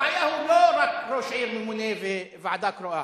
הבעיה היא לא רק ראש עיר ממונה וועדה קרואה,